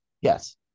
yes